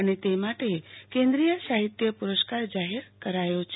અને તે માટે કેન્દ્રીય સાહિત્ય પુરસ્કાર જાહેર કરાયો છે